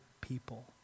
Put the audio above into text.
people